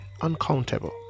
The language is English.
uncountable